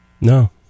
No